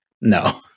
No